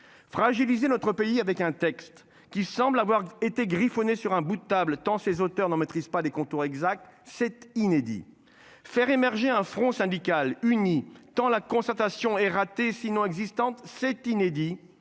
fragiliser notre pays avec un texte qui semble avoir été griffonné sur un bout de table tant ses auteurs n'en maîtrise pas des contours exacts cet inédit faire émerger un front syndical uni, tant la concertation et raté sinon existantes. C'est inédit.